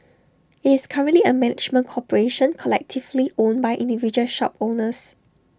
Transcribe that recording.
IT is currently A management corporation collectively owned by individual shop owners